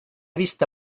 vista